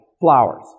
flowers